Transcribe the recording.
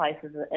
places